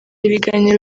ibiganiro